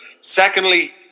Secondly